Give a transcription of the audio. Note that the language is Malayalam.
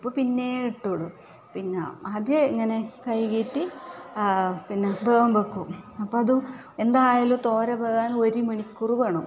ഉപ്പ് പിന്നെ ഇട്ടോളും പിന്നെ ആദ്യം ഇങ്ങനെ കഴുകിയിട്ട് ആ പിന്നെ വേഗം വെക്കും അപ്പോൾ അത് എന്തായാലും തോര വേകാൻ ഒരു മണിക്കൂറ് വേണം